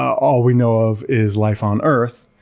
all we know of is life on earth,